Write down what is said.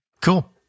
Cool